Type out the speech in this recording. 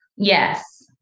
Yes